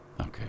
Okay